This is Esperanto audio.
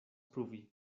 pruvi